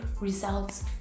results